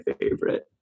favorite